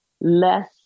less